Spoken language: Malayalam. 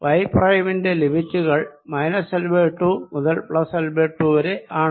y പ്രൈം ന്റെ ലിമിറ്റുകൾ L 2 മുതൽ L 2 വരെ ആണ്